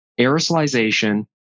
aerosolization